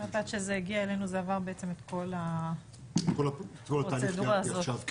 רק עד שזה הגיע אלינו זה עבר בעצם את כל הפרוצדורה הזאת.